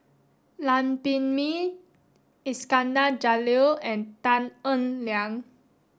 Lam Pin Min Iskandar Jalil and Tan Eng Liang